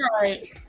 right